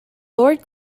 lord